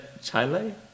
chile